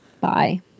Bye